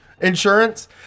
insurance